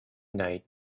night